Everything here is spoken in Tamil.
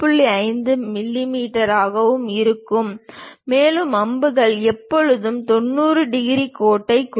5 மிமீ ஆகவும் இருக்கும் மேலும் அம்புகள் எப்போதும் 90 டிகிரி கோட்டைக் குறிக்கும்